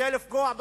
כדי לפגוע בחקלאות.